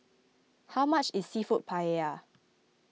how much is Seafood Paella